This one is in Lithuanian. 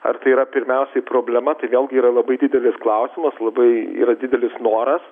ar tai yra pirmiausiai problema tai nėl gi yra labai didelis klausimas labai yra didelis noras